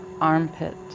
Armpit